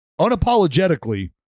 unapologetically